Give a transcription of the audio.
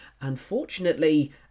Unfortunately